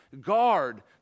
Guard